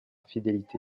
fidélité